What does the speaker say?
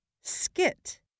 skit